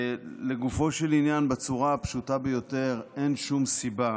לגופו של עניין, בצורה הפשוטה ביותר, אין שום סיבה